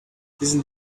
isn’t